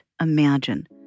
imagine